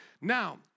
Now